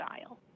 style